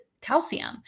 calcium